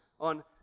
on